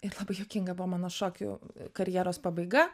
ir labai juokinga buvo mano šokių karjeros pabaiga